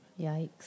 Yikes